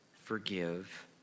forgive